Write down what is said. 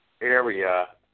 area